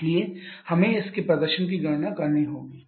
इसलिए हमें इसके प्रदर्शन की गणना करनी होगी